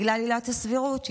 בגלל עילת הסבירות,